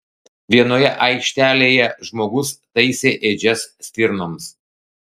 vienoje aikštelėje žmogus taisė ėdžias stirnoms